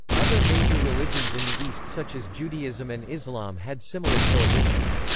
other major religions in the east such as judaism and islam had similar prohibitions.